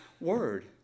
word